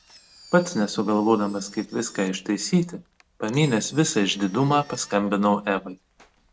pats nesugalvodamas kaip viską ištaisyti pamynęs visą išdidumą paskambinau evai